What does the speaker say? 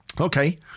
Okay